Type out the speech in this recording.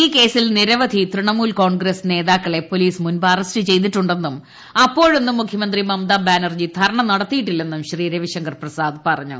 ഈകേസിൽ നിരവധി തൃണമൂൽ കോൺഗ്രസ്സ് നേതാക്കളെ പൊലീസ് മുമ്പ് അറസ്റ്റ് ചെയ്തിട്ടുണ്ടെന്നും അപ്പോഴൊന്നും മുഖ്യമന്ത്രി മമത ബാനർജി ധർണ നടത്തിയിട്ടില്ലെന്നും ശ്രീ രവിശങ്കർ പ്രസാദ് പറഞ്ഞു